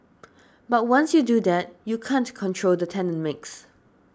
but once you do that you can't control the tenant mix